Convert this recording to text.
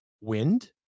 Wind